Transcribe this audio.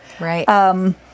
Right